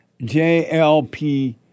JLP